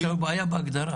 זה בעיה בהגדרה.